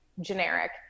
generic